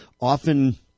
often